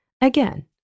Again